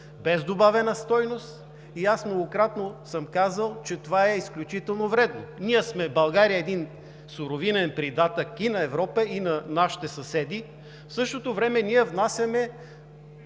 без добавена стойност и аз многократно съм казвал, че това е изключително вредно. В България сме суровинен придатък и на Европа, и на нашите съседи, в същото време внасяме